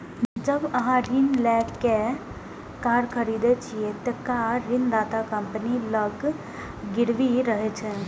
जब अहां ऋण लए कए कार खरीदै छियै, ते कार ऋणदाता कंपनी लग गिरवी रहै छै